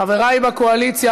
חברי בקואליציה,